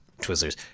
Twizzlers